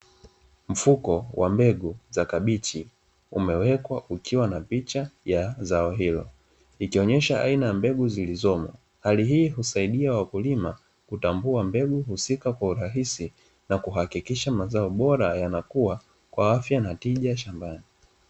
Mfuko wa mbegu za kabichi, umewekwa ukiwa na picha ya zao hilo ikionyesha aina ya mbegu zilizomo. Hali hii husaidia wakulima kutambua mbegu husika kwa urahisu na kuhakikisha mazao bora yanakua kwa afya na tija shambani.